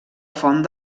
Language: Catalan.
font